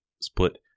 split